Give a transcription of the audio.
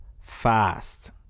fast